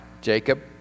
Jacob